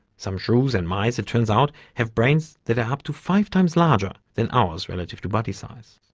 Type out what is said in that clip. some shrews and mice, it turns out, have brains that are up to five times larger than ours relative to body size.